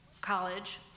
college